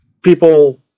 people